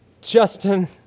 Justin